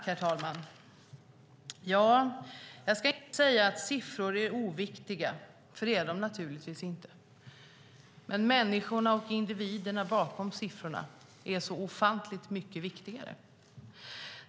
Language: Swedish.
Herr talman! Jag ska inte säga att siffror är oviktiga. Det är de naturligtvis inte. Men människorna och individerna bakom siffrorna är så ofantligt mycket viktigare.